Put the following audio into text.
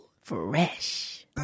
Fresh